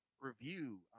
review